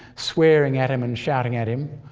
swearing at him and shouting at him.